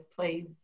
please